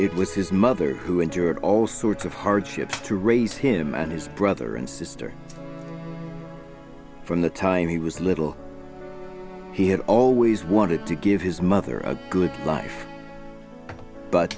was his mother who endured all sorts of hardships to raise him and his brother and sister from the time he was little he had always wanted to give his mother a good life but